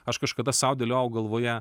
aš kažkada sau dėliojau galvoje